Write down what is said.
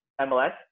mls